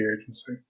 Agency